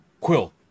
Quill